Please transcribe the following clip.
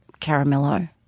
Caramello